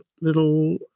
little